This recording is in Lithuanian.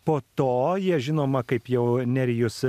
po to jie žinoma kaip jau nerijus